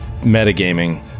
metagaming